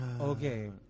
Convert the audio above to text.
Okay